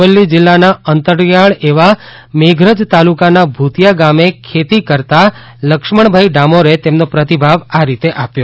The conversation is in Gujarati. અરવલ્લી જીલ્લાના અંતરિયાળ એવા મેઘરજ તાલુકાના ભૂતિયા ગામે ખેતી કરતા લક્ષ્મણભાઇ ડામોરે તેમનો પ્રતિભાવ આ રીતે આપ્યો